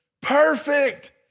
perfect